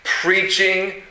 preaching